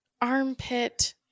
Armpit